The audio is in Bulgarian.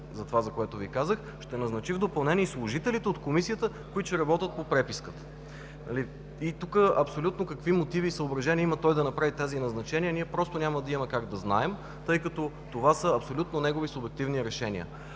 за това, за което Ви казах – ще назначи в допълнение и служителите от Комисията, които ще работят по преписката. И тука: абсолютно какви мотиви и съображения има той, за да направи тези назначения, ние просто няма да имаме как да знаем, тъй като това са абсолютно негови субективни решения.